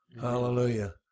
Hallelujah